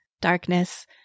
darkness